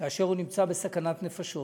כאשר הוא נמצא בסכנת נפשות.